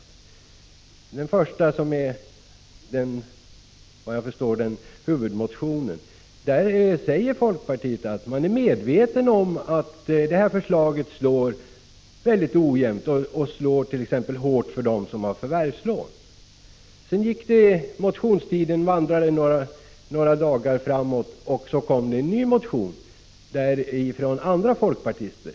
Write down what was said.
I den första motionen, som såvitt jag förstår är huvudmotionen, säger folkpartiet att man är medveten om att detta förslag slår mycket ojämnt och att det slår mycket hårt mot t.ex. dem som har förvärvslån. Några dagar senare väcktes en ny motion från andra folkpartister.